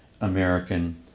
American